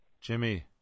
Jimmy